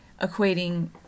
equating